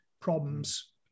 problems